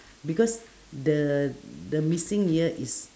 because the the missing year is